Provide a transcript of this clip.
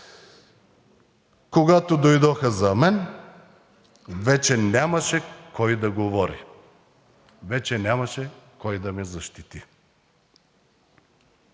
Когато дойдоха за мен, вече нямаше кой да говори, вече нямаше кой да ме защити.“